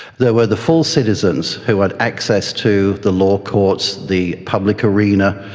there were the full citizens who had access to the law courts, the public arena.